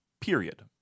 period